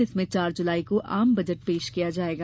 जिसमें चार जुलाई को आम बजट पेश किया जाएगा